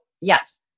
yes